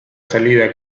salida